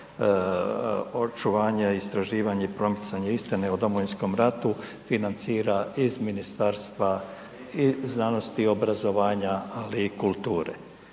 očuvanje, istraživanje i promicanje istine o Domovinskom ratu financira iz Ministarstva i znanosti i obrazovanja, ali i kulture.